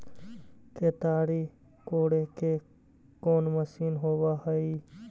केताड़ी कोड़े के कोन मशीन होब हइ?